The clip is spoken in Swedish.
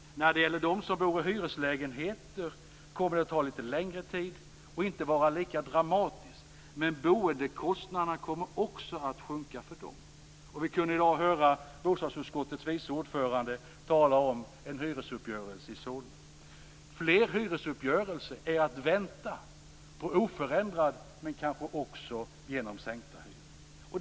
När det gäller dem som bor i hyreslägenheter kommer det att ta litet längre tid och inte att vara lika dramatiskt, men boendekostnaderna kommer att sjunka också för dem. Vi kunde i dag höra bostadsutskottets vice ordförande tala om en hyresuppgörelse i Solna. Fler hyresuppgörelser är att vänta med oförändrade men kanske också sänkta hyror.